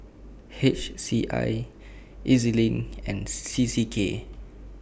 H C I E Z LINK and C C K